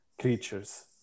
creatures